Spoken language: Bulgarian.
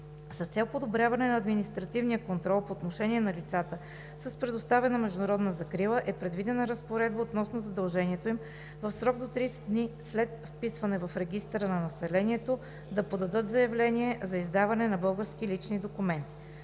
С цел подобряване на административния контрол по отношение на лицата с предоставена международна закрила е предвидена разпоредба относно задължението им в срок до 30 дни след вписване в регистъра на населението да подадат заявление за издаване на български лични документи.